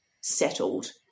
settled